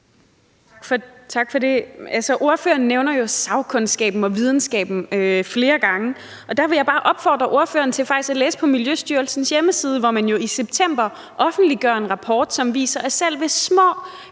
Tak for det. Ordføreren nævner jo sagkundskaben og videnskaben flere gange, og der vil jeg bare opfordre ordføreren til faktisk at læse på Miljøstyrelsens hjemmeside, hvor man jo i september offentliggjorde en rapport, som viser, at selv små